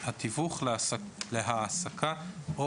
התיווך להעסקה או